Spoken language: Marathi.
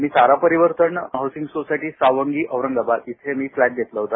मी सारा परिवर्तन हाऊसिंग सोसायटी सांवगी परिसर औरंगाबाद येथे फ्लॉट घेतला होता